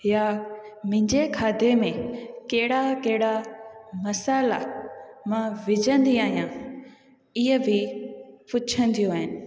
या मुंहिंजे खाधे में कहिड़ा कहिड़ा मसाला मां विझंदी आहियां इहा बि पुछंदियूं आहिनि